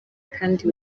kandi